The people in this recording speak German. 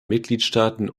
mitgliedstaaten